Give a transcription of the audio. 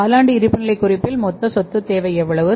காலாண்டு இருப்புநிலைக் குறிப்பில் மொத்த சொத்துத் தேவை எவ்வளவு